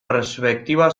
perspektiba